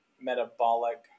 metabolic